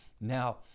Now